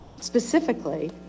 specifically